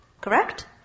Correct